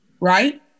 right